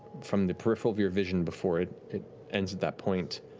from the peripheral of your vision, before it it ends at that point,